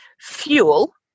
fuel